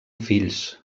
fills